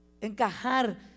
encajar